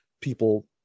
people